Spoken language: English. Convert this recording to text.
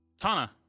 tana